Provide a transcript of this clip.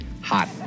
hot